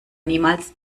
niemals